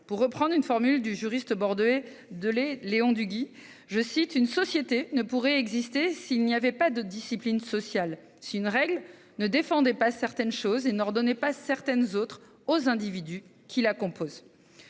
Pour reprendre une formule du juriste bordelais Léon Duguit, « une société ne pourrait exister s'il n'y avait pas de discipline sociale, si une règle ne défendait pas certaines choses et n'ordonnait pas certaines autres aux individus qui la composent ».